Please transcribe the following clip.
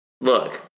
Look